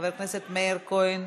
חבר הכנסת מאיר כהן,